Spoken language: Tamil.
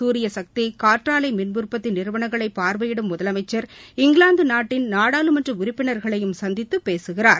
சூரியசக்தி காற்றாலை மின் உற்பத்தி நிறுவனங்களை பார்வையிடும் முதலனமச்சர் இங்கிலாந்து நாட்டின் நாடாளுமன்ற உறுப்பினர்களையும் சந்தித்து பேசுகிறார்